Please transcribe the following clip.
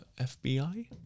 FBI